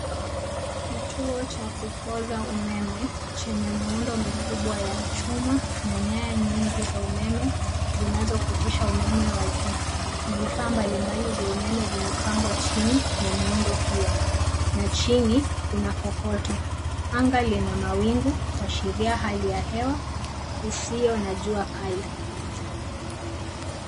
Kituo cha kupoza umeme, chenye ya miundo mikubwa ya chuma na nyaya nyingi za umeme, zinazopitisha umeme wa juu. Vifaa mbalimbali vya umeme vimepangwa chini ya miundo hiyo, na chini kuna kokoto. Anga lina mawingu, kuashiria hali ya hewa isiyo na jua kali.